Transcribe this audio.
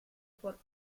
por